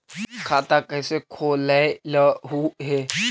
खाता कैसे खोलैलहू हे?